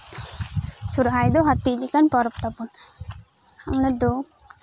ᱥᱚᱨᱦᱟᱭ ᱫᱚ ᱦᱟᱹᱛᱤ ᱞᱮᱠᱟᱱ ᱯᱚᱨᱚᱵᱽ ᱛᱟᱵᱚᱱ ᱟᱫᱚ